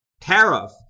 tariff